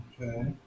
Okay